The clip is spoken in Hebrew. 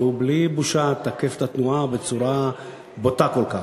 ובלי בושה תקף את התנועה בצורה בוטה כל כך.